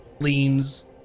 leans